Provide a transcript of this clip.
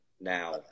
now